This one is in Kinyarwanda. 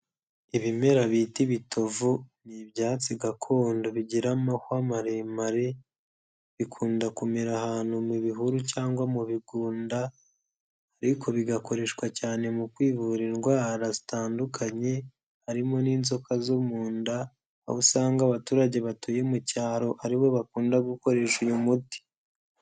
Ibimera bita ibitovu ni ibyatsi gakondo bigira amahwa maremare, bikunda kumera ahantu mu bihuru cyangwa mu bigunda, ariko bigakoreshwa cyane mu kwivura indwara zitandukanye harimo n'inzoka zo mu nda, aho usanga abaturage batuye mu cyaro ari bo bakunda gukoresha uyu muti.